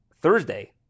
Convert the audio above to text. Thursday